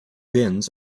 binns